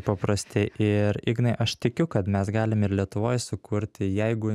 paprasti ir ignai aš tikiu kad mes galim ir lietuvoj sukurti jeigu